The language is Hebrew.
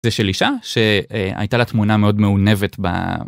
זה של אישה, ש...הייתה לה תמונה מאוד מעונבת ב...